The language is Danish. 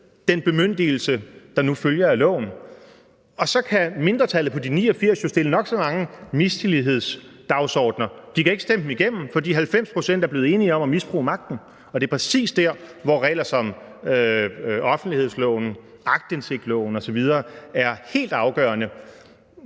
den bemyndigelse, der nu følger af loven. Og så kan mindretallet på de 89 mandater jo stille nok så mange mistillidsdagsordener, men de kan ikke stemme dem igennem, for de 90 mandater er blevet enige om at misbruge magten. Og det er præcis der, hvor regler som offentlighedsloven, forvaltningsloven osv. er helt afgørende